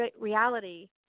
reality